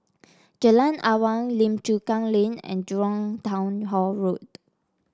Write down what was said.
Jalan Awang Lim Chu Kang Lane and Jurong Town Hall Road